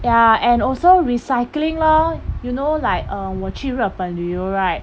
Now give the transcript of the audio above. ya and also recycling lor you know like err 我去日本旅游 right